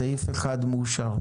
סעיף 1 אושר.